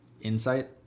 insight